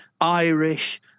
Irish